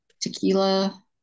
tequila